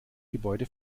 gebäude